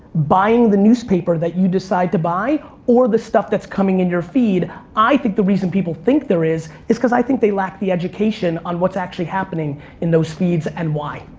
buying the newspaper that you decide to buy or the stuff that's coming in your feed. i think the reason people think there is, is cause i think they lack the education on what's actually happening in those feeds and why.